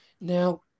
Now